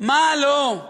מה לא?